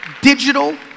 Digital